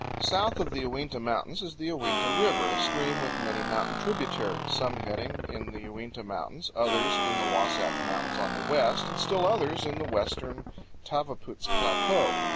south of the uinta mountains is the uinta river, a stream with many mountain tributaries, some heading in the uinta mountains, others in the wasatch mountains on the west, and still others in the western tavaputs plateau.